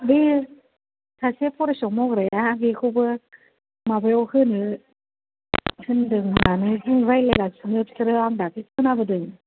बैयो सासे फरेस्टाव मावग्राया बेखौबो माबायाव होनो होन्दों होननानै रायज्लायगासिनो बिसोरो आं दासो खोनाबोदों